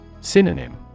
Synonym